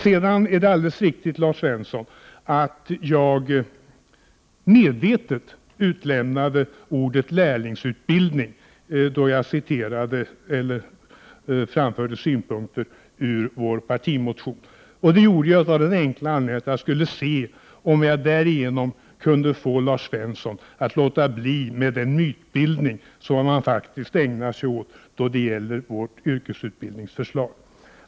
Det är helt riktigt, Lars Svensson, att jag medvetet utelämnade ordet lärlingsutbildning då jag framförde synpunkter ur vår partimotion. Det gjorde jag av den enkla anledningen att jag ville se om jag därigenom kunde få Lars Svensson att avstå från den mytbildning som han annars ägnar sig åt när det gäller vårt yrkesutbildningsförslag.